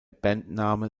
bandname